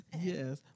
Yes